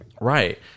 Right